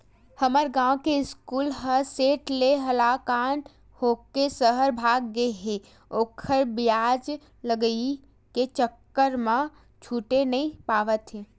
हमर गांव के सुकलू ह सेठ ले हलाकान होके सहर भाग गे हे ओखर बियाज लगई के चक्कर म छूटे नइ पावत हे